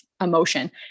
emotion